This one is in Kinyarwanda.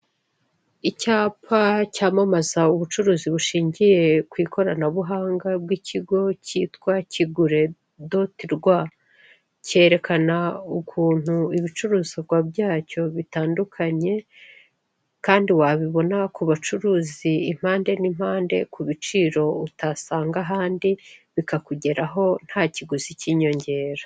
Icyapa cyamamaza ubucuruzi bushingiye kw'ikoranabuhanga bw'ikigo cyitwa kigure doti rwa. Cyerekana ukuntu ibicuruzwa byacyo bitandukanye kandi wabinona ku bacuruzi impande n'impande ku biciro utasanga ahandi, bikakugeraho nta kiguzi cy'inyongera.